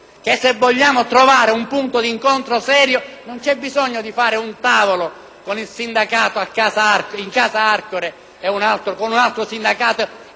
se vogliamo trovare un punto di incontro serio non c'è bisogno di fare un tavolo con un sindacato in casa ad Arcore e un altro con un altro sindacato